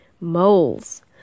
Moles